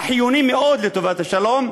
החיוני מאוד לטובת השלום,